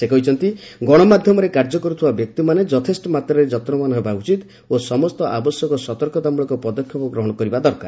ସେ କହିଛନ୍ତି ଗଣମାଧ୍ୟମରେ କାର୍ଯ୍ୟ କରୁଥିବା ବ୍ୟକ୍ତିମାନେ ଯଥେଷ୍ଟ ମାତ୍ରାରେ ଯତ୍ନବାନ ହେବା ଉଚିତ୍ ଓ ସମସ୍ତ ଆବଶ୍ୟକ ସତର୍କତାମ୍ବଳକ ପଦକ୍ଷେପ ଗ୍ରହଣ କରିବା ଦରକାର